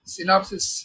Synopsis